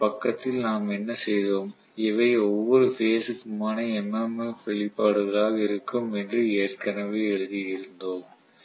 முந்தைய பக்கத்தில் நாம் என்ன செய்தோம் இவை ஒவ்வொரு பேஸ் க்குமான MMF வெளிப்பாடுகளாக இருக்கும் என்று ஏற்கனவே எழுதியிருந்தோம்